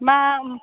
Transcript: मा